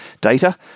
data